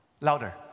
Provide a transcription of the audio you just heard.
Louder